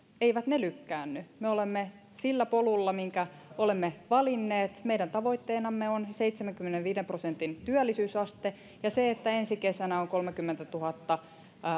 eivät ne lykkäänny me olemme sillä polulla minkä olemme valinneet meidän tavoitteenamme on seitsemänkymmenenviiden prosentin työllisyysaste ja se että ensi kesänä on kolmekymmentätuhatta